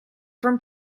from